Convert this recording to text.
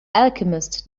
alchemist